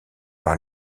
par